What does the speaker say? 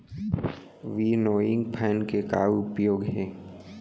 Winnowing fan के का उपयोग हे?